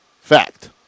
Fact